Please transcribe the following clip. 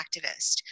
activist